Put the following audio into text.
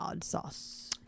sauce